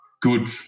good